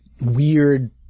weird